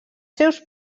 seus